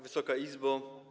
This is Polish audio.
Wysoka Izbo!